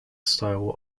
styles